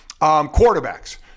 quarterbacks